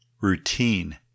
routine